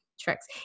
tricks